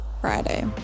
Friday